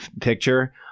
picture